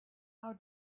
how